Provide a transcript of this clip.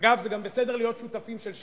אגב, זה גם בסדר להיות שותפים של ש"ס,